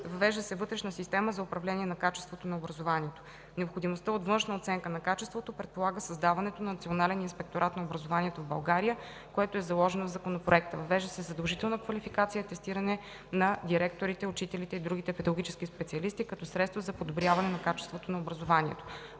Въвежда се вътрешна система за управление на качеството на образованието. Необходимостта от външна оценка на качеството предполага създаването на Национален инспекторат на образованието в България, което е заложено в Законопроекта. Въвежда се задължителна квалификация и атестиране на директорите, учителите и другите педагогически специалисти като средство за подобряване на качеството на образованието.